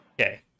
okay